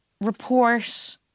report